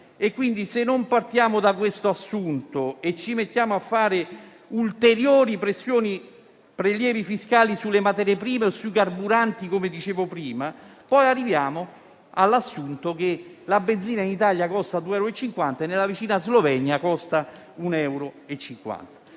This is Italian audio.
Quindi, se non partiamo da questo assunto e ci mettiamo a fare ulteriori prelievi fiscali sulle materie prime o sui carburanti, come dicevo, prima o poi arriveremo all'assurdità che la benzina in Italia costerà 2,5 euro e nella vicina Slovenia costerà 1,5 euro.